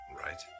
Right